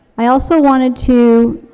i also wanted to,